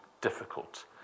difficult